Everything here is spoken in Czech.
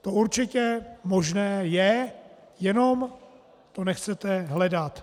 To určitě možné je, jenom to nechcete hledat.